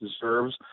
deserves